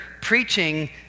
preaching